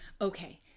Okay